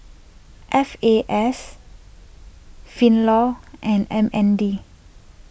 F A S finlaw and M N D